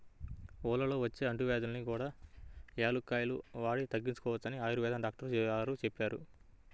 ఊళ్ళల్లో వచ్చే అంటువ్యాధుల్ని కూడా యాలుక్కాయాలు వాడి తగ్గించుకోవచ్చని ఆయుర్వేదం డాక్టరు గారు చెప్పారు